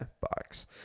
Box